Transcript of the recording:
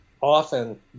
often